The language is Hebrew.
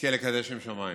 ותזכה לקדש שם שמיים.